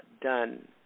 done